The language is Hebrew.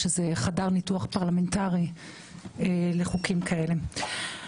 שזה חדר ניתוח פרלמנטרי לחוקים כאלה.